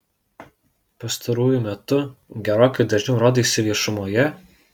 pastaruoju metu gerokai dažniau rodaisi viešumoje